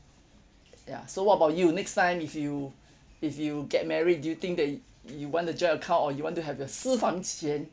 ya so what about you next time if you if you get married do you think that you want the joint account or you want to have your 私房钱